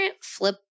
flip